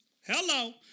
Hello